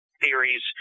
theories